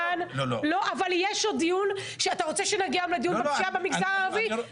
יש עוד דיון בנושא של המגזר הערבי.